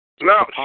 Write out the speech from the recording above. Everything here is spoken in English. No